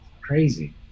crazy